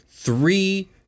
Three